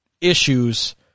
issues